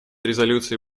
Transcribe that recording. резолюции